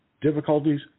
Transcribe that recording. difficulties